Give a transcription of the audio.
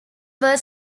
were